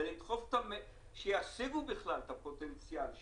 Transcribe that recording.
זה לדחוף אותם שיחשיבו את הפוטנציאל שלהם.